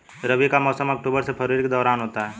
रबी का मौसम अक्टूबर से फरवरी के दौरान होता है